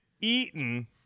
Eaton